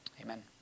Amen